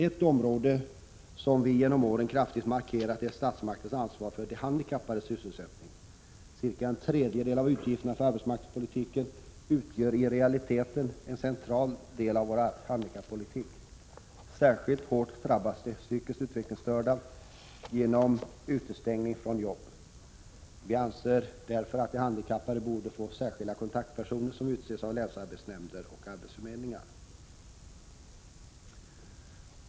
Ett område som vi genom åren kraftigt har markerat är statsmaktens ansvar för de handikappades sysselsättning. Cirka en tredjedel av utgifterna för arbetsmarknadspolitiken utgör i realiteten en central del av vår handikappolitik. Särskilt hårt drabbas de psykiskt utvecklingsstörda genom utestängning från jobb. Vi anser därför att de handikappade borde få särskilda kontaktpersoner som utses av länsarbetsnämnder och arbetsförmedlingar.